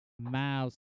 mouse